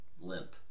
limp